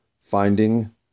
finding